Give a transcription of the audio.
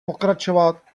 pokračovat